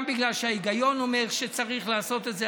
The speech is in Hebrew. גם בגלל שההיגיון אומר שצריך לעשות את זה,